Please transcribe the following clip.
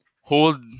Hold